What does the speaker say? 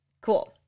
Cool